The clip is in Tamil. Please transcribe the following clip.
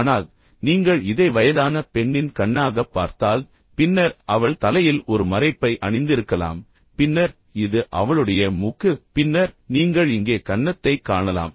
ஆனால் நீங்கள் இதை வயதான பெண்ணின் கண்ணாகப் பார்த்தால் பின்னர் அவள் தலையில் ஒரு மறைப்பை அணிந்திருக்கலாம் பின்னர் இது அவளுடைய மூக்கு பின்னர் நீங்கள் இங்கே கன்னத்தைக் காணலாம்